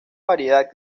variedad